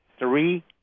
Three